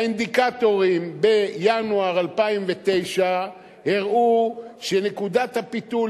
האינדיקטורים בינואר 2009 הראו שנקודת הפיתול